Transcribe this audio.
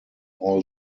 all